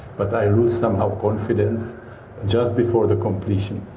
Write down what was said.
but i lose somehow confidence just before the completion.